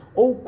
ou